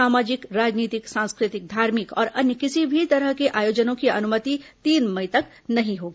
सामाजिक राजनीतिक सांस्कृतिक धार्मिक और अन्य किसी भी तरह के आयोजनों की अनुमति तीन मई तक नहीं होगी